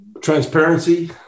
Transparency